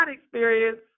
experience